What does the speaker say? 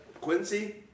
Quincy